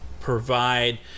provide